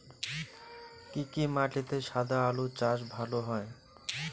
কি কি মাটিতে সাদা আলু চাষ ভালো হয়?